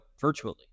virtually